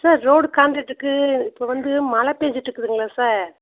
sir road கான்ட்ரெக்ட்டுக்கு இப்போ வந்து மழை பெஞ்சுட்டு இருக்குது இல்லைங்களா சார்